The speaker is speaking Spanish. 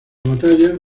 batalla